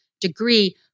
degree